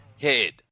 head